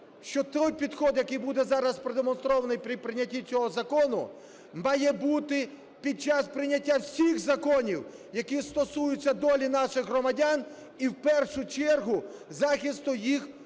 що той підхід, який буде зараз продемонстрований при прийнятті цього закону, має бути під час прийняття всіх законів, які стосуються долі наших громадян і, в першу чергу, захисту їх